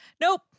Nope